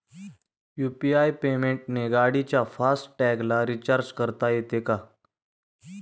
UPI पेमेंटने गाडीच्या fast टॅगला रिर्चाज करता येते का?